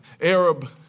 Arab